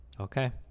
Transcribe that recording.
okay